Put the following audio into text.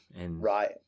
Right